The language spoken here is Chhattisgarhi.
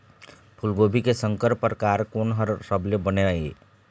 फूलगोभी के संकर परकार कोन हर सबले बने ये?